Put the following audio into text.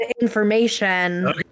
information